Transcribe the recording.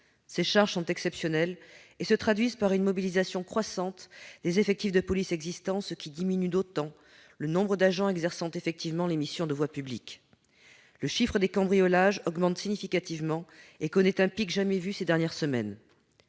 Ces charges sont exceptionnelles et se traduisent par une mobilisation croissante des effectifs de police existants, ce qui diminue d'autant le nombre d'agents exerçant effectivement des missions sur la voie publique. Le nombre des cambriolages augmente significativement et connaît un pic jamais atteint ces dernières semaines.